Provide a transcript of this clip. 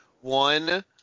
one